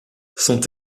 sont